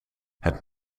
het